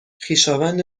خویشاوند